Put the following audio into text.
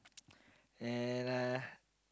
and uh